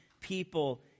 people